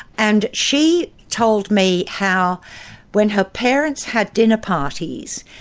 and she told me how when her parents had dinner parties,